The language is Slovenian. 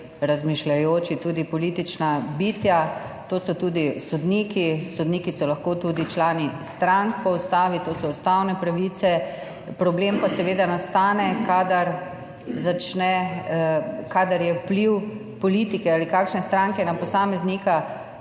razmišljajoči, tudi politična bitja, to so tudi sodniki, sodniki so lahko po ustavi tudi člani strank, to so ustavne pravice, problem pa seveda nastane, kadar je vpliv politike ali kakšne stranke na posameznika